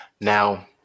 Now